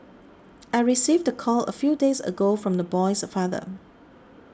I received the call a few days ago from the boy's father